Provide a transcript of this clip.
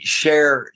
share